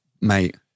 mate